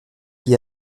qui